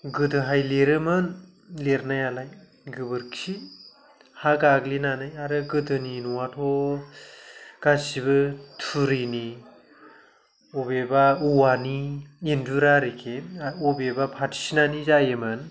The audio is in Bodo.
गोदोहाय लिरोमोन लिरनायालाय गोबोरखि हा गाग्लिनानै आरो गोदोनि न'वाथ' गासैबो थुरिनि अबेबा औवानि इन्जुरा आरोखि आर बबेबा फाथिसिनानि जायोमोन